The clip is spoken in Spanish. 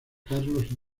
carlos